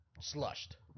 slushed